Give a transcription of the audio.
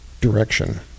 direction